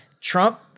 Trump